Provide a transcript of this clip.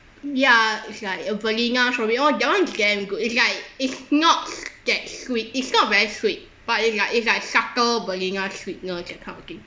ya it's like a vanilla strawberry oh that one damn good is like is not that sweet it's not very sweet but it's like it's like subtle vanilla sweetness that kind of thing